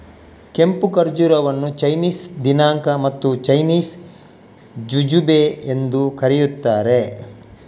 ಕೆಂಪು ಖರ್ಜೂರವನ್ನು ಚೈನೀಸ್ ದಿನಾಂಕ ಮತ್ತು ಚೈನೀಸ್ ಜುಜುಬೆ ಎಂದೂ ಕರೆಯುತ್ತಾರೆ